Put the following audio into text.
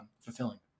fulfilling